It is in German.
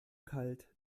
kalt